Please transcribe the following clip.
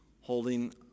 Holding